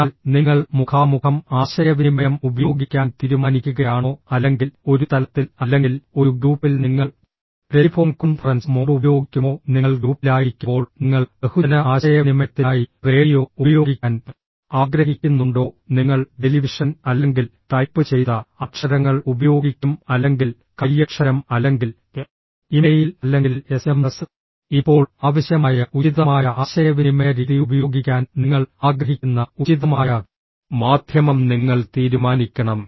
അതിനാൽ നിങ്ങൾ മുഖാമുഖം ആശയവിനിമയം ഉപയോഗിക്കാൻ തീരുമാനിക്കുകയാണോ അല്ലെങ്കിൽ ഒരു തലത്തിൽ അല്ലെങ്കിൽ ഒരു ഗ്രൂപ്പിൽ നിങ്ങൾ ടെലിഫോൺ കോൺഫറൻസ് മോഡ് ഉപയോഗിക്കുമോ നിങ്ങൾ ഗ്രൂപ്പിലായിരിക്കുമ്പോൾ നിങ്ങൾ ബഹുജന ആശയവിനിമയത്തിനായി റേഡിയോ ഉപയോഗിക്കാൻ ആഗ്രഹിക്കുന്നുണ്ടോ നിങ്ങൾ ടെലിവിഷൻ അല്ലെങ്കിൽ ടൈപ്പ് ചെയ്ത അക്ഷരങ്ങൾ ഉപയോഗിക്കും അല്ലെങ്കിൽ കൈയ്യക്ഷരം അല്ലെങ്കിൽ ഇമെയിൽ അല്ലെങ്കിൽ എസ്എംഎസ് ഇപ്പോൾ ആവശ്യമായ ഉചിതമായ ആശയവിനിമയ രീതി ഉപയോഗിക്കാൻ നിങ്ങൾ ആഗ്രഹിക്കുന്ന ഉചിതമായ മാധ്യമം നിങ്ങൾ തീരുമാനിക്കണം